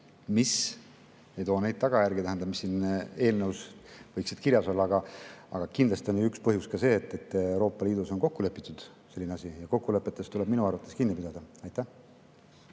mis ei too neid tagajärgi, mis siin eelnõus võiksid kirjas olla. Aga kindlasti on üks põhjus ka see, et Euroopa Liidus on kokku lepitud selline asi, ja kokkulepetest tuleb minu arvates kinni pidada. Aitäh